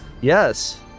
Yes